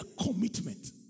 commitment